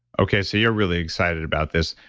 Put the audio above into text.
okay. so you're really excited about this.